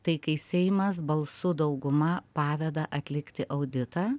tai kai seimas balsų dauguma paveda atlikti auditą